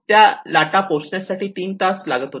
त्या लाटा पोहोचण्यासाठी 3 तास लागले होते